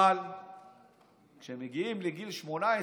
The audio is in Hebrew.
אבל כשהם מגיעים לגיל 18,